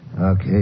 Okay